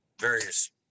various